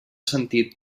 sentit